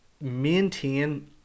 maintain